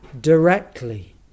directly